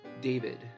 David